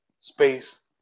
space